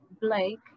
Blake